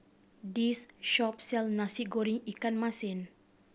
this shop sell Nasi Goreng ikan masin